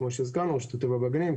רשות הטבע והגנים,